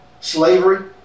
slavery